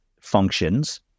functions